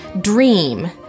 dream